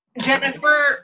Jennifer